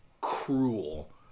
cruel